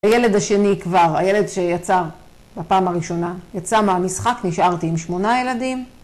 הילד השני כבר, הילד שיצא לפעם הראשונה, יצא מהמשחק, נשארתי עם שמונה ילדים.